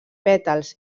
pètals